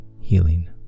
healing